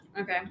Okay